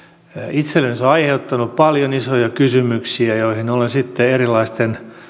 itselleni se on aiheuttanut paljon isoja kysymyksiä joihin olen sitten erilaisten